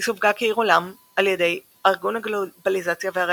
היא סווגה כעיר עולם על ידי "ארגון הגלובליזציה וערי